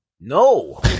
No